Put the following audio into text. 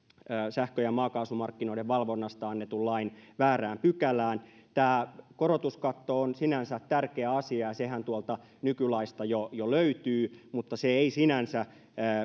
sähkö ja maakaasumarkkinoiden valvonnasta annetun lain väärään pykälään tämä korotuskatto on sinänsä tärkeä asia ja sehän tuolta nykylaista jo jo löytyy mutta se ei sinänsä